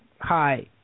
Hi